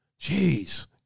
Jeez